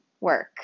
work